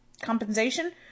compensation